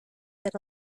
that